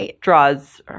draws